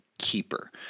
keeper